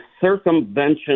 circumvention